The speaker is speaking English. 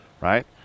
right